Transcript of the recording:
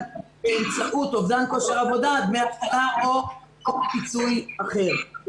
באמצעות אובדן כושר עבודה דמי אבטלה או כל פיצוי אחר.